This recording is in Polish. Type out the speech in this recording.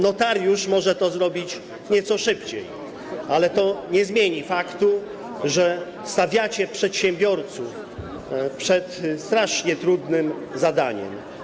Notariusz może to zrobić nieco szybciej, ale to nie zmieni faktu, że stawiacie przedsiębiorców przed strasznie trudnym zadaniem.